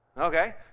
Okay